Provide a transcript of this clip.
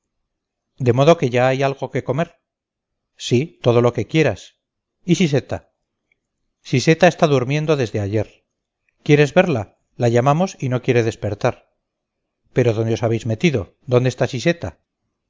de modo que ya hay algo que comer sí todo lo que quieras y siseta siseta está durmiendo desde ayer quieres verla la llamamos y no quiere despertar pero dónde os habéis metido dónde está siseta